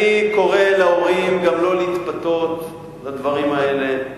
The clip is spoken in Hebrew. אני קורא להורים שלא להתפתות לדברים האלה,